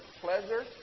Pleasure